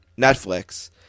Netflix